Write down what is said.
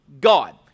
God